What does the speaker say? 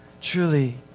Truly